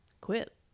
quit